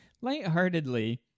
lightheartedly